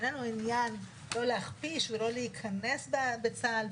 אין לנו עניין לא להכפיש ולא להיכנס בצה"ל,